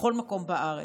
בכל מקום בארץ: